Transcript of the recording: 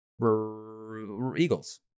Eagles